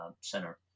Center